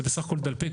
זה בסך הכול דלפק.